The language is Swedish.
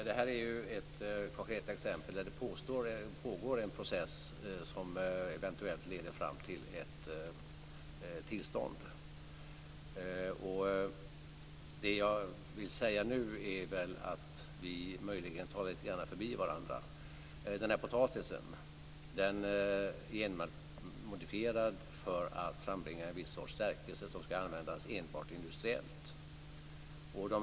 Fru talman! Det här är ett konkret exempel på en pågående process som eventuellt leder fram till ett tillstånd. Det jag vill säga nu är att vi möjligen talar lite grann förbi varandra. Den nämnda potatisen är genmanipulerad för att frambringa en viss sorts stärkelse som ska användas enbart industriellt.